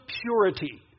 purity